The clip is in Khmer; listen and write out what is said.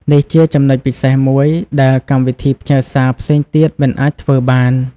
នេះជាចំណុចពិសេសមួយដែលកម្មវិធីផ្ញើសារផ្សេងទៀតមិនអាចធ្វើបាន។